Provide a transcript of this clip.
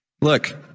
Look